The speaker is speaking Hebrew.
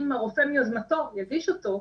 אם הרופא מיוזמתו יגיש אותו,